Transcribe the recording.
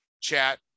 chat